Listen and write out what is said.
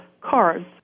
cards